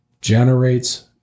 generates